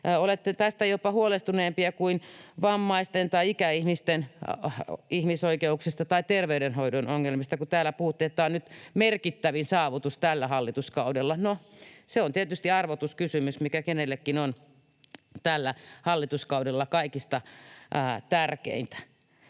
Olette tästä jopa huolestuneempia kuin vammaisten tai ikäihmisten ihmisoikeuksista tai tervey-denhoidon ongelmista — kun täällä puhuttiin, että tämä on merkittävin saavutus tällä hallituskaudella. No, se on tietysti arvotuskysymys, mikä kenellekin on tällä hallituskaudella kaikista tärkeintä.